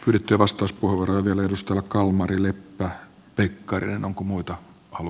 jyty vastus puhu rodun edustaja kalmarille että pekkarinen onko muita on